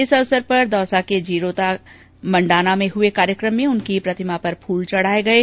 इस अवसर पर आज दौसा के जीरोता मंडाना में हुए कार्यक्रम में उनकी प्रतिमा पर फूल चढ़ाये गये